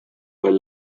while